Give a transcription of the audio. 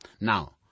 Now